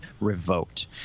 revoked